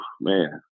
man